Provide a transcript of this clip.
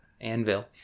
anvil